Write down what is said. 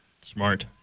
Smart